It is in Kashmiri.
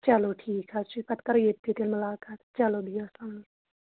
چلو ٹھیٖک حظ چھُ پَتہٕ کَرو ییٚتھٕے تیٚلہِ مُلاقات چلو بِہِو اَسلامُ